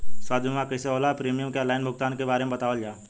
स्वास्थ्य बीमा कइसे होला और प्रीमियम के आनलाइन भुगतान के बारे में बतावल जाव?